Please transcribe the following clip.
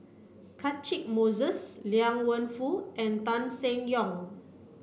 Catchick Moses Liang Wenfu and Tan Seng Yong